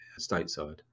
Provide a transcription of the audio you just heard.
stateside